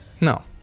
No